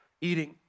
eating